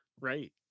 Right